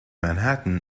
manhattan